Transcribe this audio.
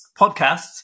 podcasts